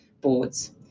boards